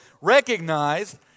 recognized